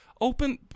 Open